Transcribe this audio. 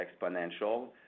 exponential